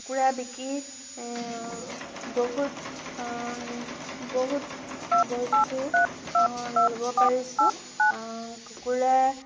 কুকুৰা বিকি বহুত বহুত বস্তু ল'ব পাৰিছোঁ কুকুৰা